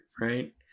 right